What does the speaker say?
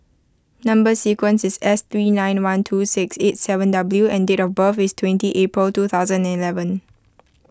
Number Sequence is S three nine one two six eight seven W and date of birth is twenty April two thousand and eleven